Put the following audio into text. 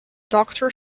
doctor